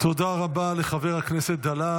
תודה רבה לחבר הכנסת דלל,